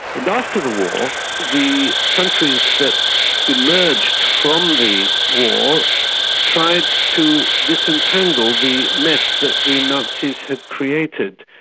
and after the war, the countries that emerged from the war tried to disentangle the mess that the nazis had created,